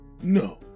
no